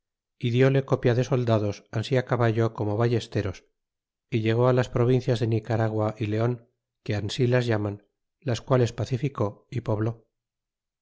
y dióle copia de soldados ansi a caballo como vallesteros y llegó á las provincias de nicaragua y leon que ansi las llaman las quales pacificó y pobló